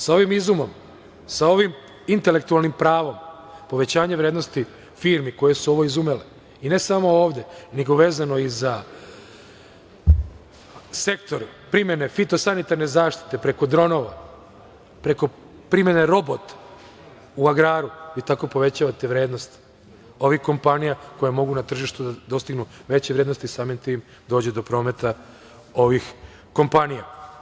Sa ovim izumom, sa ovim intelektualnim pravom, povećanje vrednosti firmi koje su ovo izumele i ne samo ovde, nego vezano i za sektor primene fitosanitarne zaštite preko dronova, preko primene robota u agraru, vi tako povećavate vrednost ovih kompanija koje mogu na tržištu da dostignu veće vrednosti i samim tim dođe do prometa ovih kompanija.